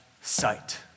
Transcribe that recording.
sight